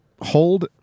hold